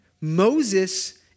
Moses